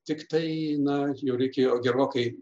tiktai na jau reikėjo gerokai